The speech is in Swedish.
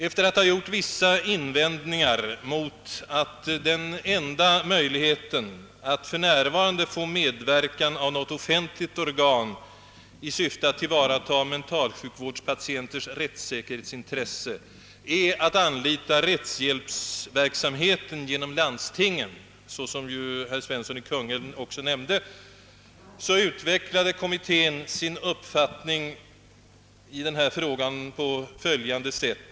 Efter att ha gjort vissa invändningar mot att den enda möjligheten att för närvarande få medverkan av något offentligt organ i syfte att tillvarata mentalsjukvårdspatienters = rättssäkerhetsintresse är att anlita rättshjälpsverksamheten genom landstingen — som ju herr Svensson i Kungälv också nämnde — så utvecklade kommittén sin uppfattning i denna fråga på följande sätt.